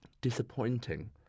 disappointing